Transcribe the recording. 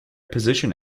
position